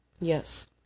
Yes